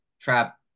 trap